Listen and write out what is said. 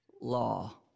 law